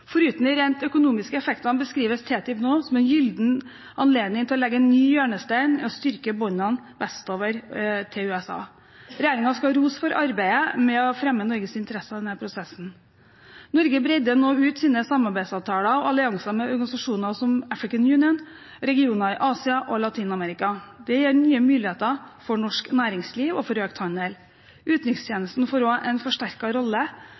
nå som en gyllen anledning til å legge en ny hjørnestein og styrke båndene vestover til USA. Regjeringen skal ha ros for arbeidet med å fremme Norges interesser i denne prosessen. Norge bredder nå ut sine samarbeidsavtaler og allianser med organisasjoner som African Union, og med regioner i Asia og Latin-Amerika. Det gir nye muligheter for norsk næringsliv og for økt handel. Utenrikstjenesten får også en forsterket rolle for norsk næringsliv i utlandet i det å